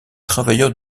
travailleurs